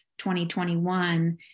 2021